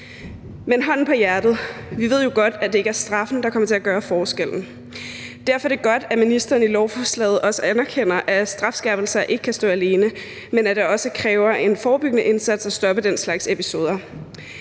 Men hånden på hjertet: Vi ved jo godt, at det ikke er straffen, der kommer til at gøre forskellen. Derfor er det godt, at ministeren i lovforslaget også anerkender, at strafskærpelser ikke kan stå alene, men at det også kræver en forebyggende indsats at stoppe den slags episoder.